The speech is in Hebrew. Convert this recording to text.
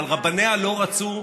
אבל רבניה לא רצו,